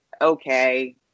okay